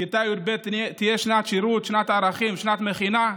וכיתה י"ב תהיה שנת שירות, שנת ערכים, שנת מכינה,